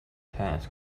task